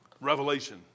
Revelation